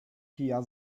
kija